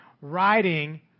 writing